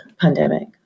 pandemic